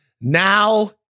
Now